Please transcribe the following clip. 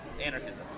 anarchism